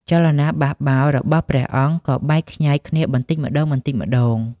ចលនាបះបោររបស់ព្រះអង្គក៏បែកខ្ញែកគ្នាបន្តិចម្ដងៗ។